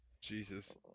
Jesus